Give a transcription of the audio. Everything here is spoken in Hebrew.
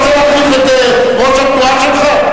אתה רוצה להחליף את ראש התנועה שלך?